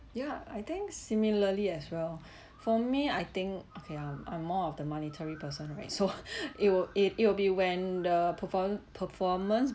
yeah I think similarly as well for me I think okay I'm I'm more of the monetary person right so it'll it it'll be when the perform~ performance